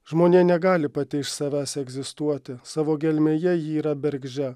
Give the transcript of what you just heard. žmonija negali pati iš savęs egzistuoti savo gelmėje ji yra bergždžia